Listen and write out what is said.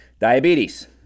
Diabetes